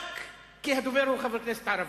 כי הדובר הוא חבר כנסת ערבי.